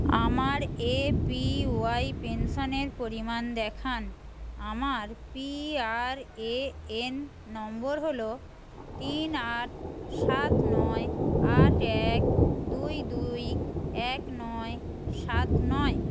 আমার A P Y পেনশনের পরিমাণ দেখান আমার পি আর এ এন নম্বর হল তিন আট সাত নয় আট এক দুই দুই এক নয় সাত নয়